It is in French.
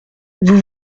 vous